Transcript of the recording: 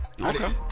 Okay